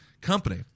company